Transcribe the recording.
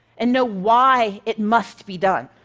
and know why it must be done.